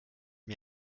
mir